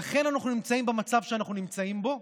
לכן אנחנו נמצאים במצב שאנחנו נמצאים בו,